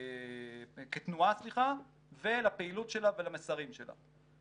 ה-BDS כתנועה ולפעילות שלה ולמסרים שלה.